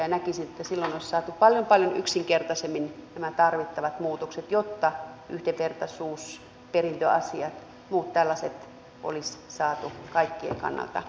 näkisin että silloin olisi saatu paljon paljon yksinkertaisemmin nämä tarvittavat muutokset jotta yhdenvertaisuus perintöasiat ja muut tällaiset olisi saatu kaikkien kannalta hyvin voimaan